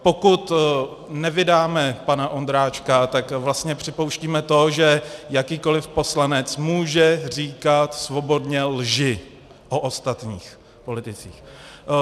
Pokud nevydáme pana Ondráčka, tak vlastně připouštíme to, že jakýkoliv poslanec může říkat svobodně lži o ostatních politicích.